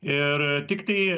ir tik tai